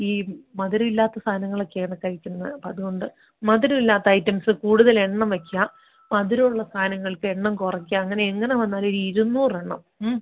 ഈ മധുരം ഇല്ലാത്ത സാധനങ്ങളൊക്കെയാണ് കഴിക്കുന്നത് അത്കൊണ്ട് മധുരം ഇല്ലാത്ത ഐറ്റംസ് കൂട്തലെണ്ണം വെക്കുക മധുരം ഉള്ള സാധനങ്ങൾക്ക് എണ്ണം കുറക്കുക അങ്ങനെ അങ്ങനെ വന്നാൽ ഒരു ഇരുന്നൂറെണ്ണം മ്